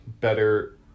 better